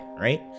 right